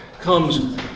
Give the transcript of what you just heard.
comes